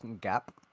gap